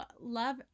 love